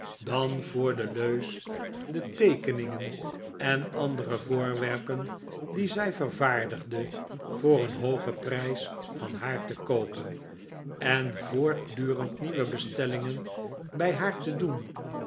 dan voor de leus de teekeningen en andere voorwerpen die zij vervaardigde voor een hoogen prijs van haar te koopen en voortdurend nieuwe bestellingen bij haar te doen